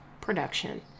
production